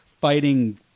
fighting